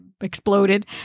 exploded